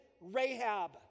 Rahab